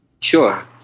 Sure